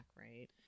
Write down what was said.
right